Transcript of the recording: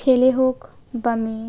ছেলে হোক বা মেয়ে